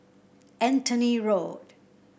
Anthony Road